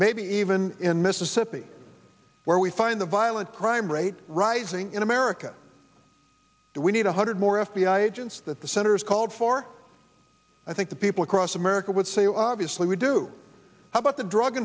maybe even in mississippi where we find the violent crime rate rising in america we need one hundred more f b i agents that the senators called for i think the people across america would say obviously we do about the drug